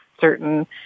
certain